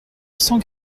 cent